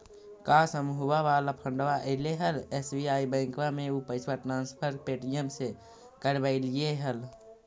का समुहवा वाला फंडवा ऐले हल एस.बी.आई बैंकवा मे ऊ पैसवा ट्रांसफर पे.टी.एम से करवैलीऐ हल?